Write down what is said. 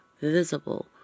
visible